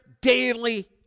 daily